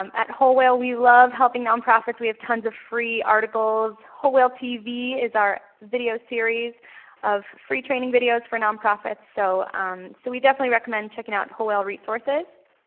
um at whole whale we love helping nonprofits. we have tons of free articles. whole whale tv is our video series of free training videos for nonprofits. so so we definitely recommend checking out whole whale resources.